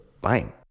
Bye